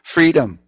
Freedom